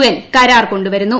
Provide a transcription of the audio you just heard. N കരാർ കൊണ്ടു വരുന്നു